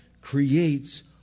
creates